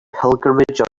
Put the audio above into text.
pilgrimage